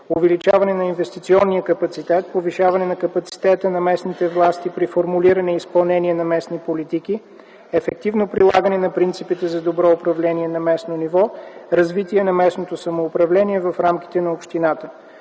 увеличаване на инвестиционния капацитет, повишаване на капацитета на местните власти при формулиране и изпълнение на местни политики, ефективно прилагане на принципите за добро управление на местно ниво, развитие на местното самоуправление в рамките на общината.